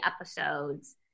episodes